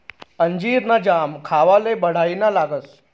अंजीर ना जाम खावाले बढाईना लागस